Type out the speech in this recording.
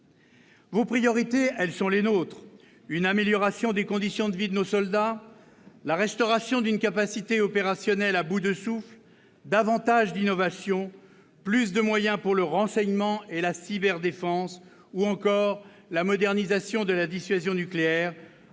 Vos priorités, elles sont les nôtres : une amélioration des conditions de vie de nos soldats, la restauration d'une capacité opérationnelle à bout de souffle, davantage d'innovation, plus de moyens pour le renseignement et la cyberdéfense, ou encore la modernisation de la dissuasion nucléaire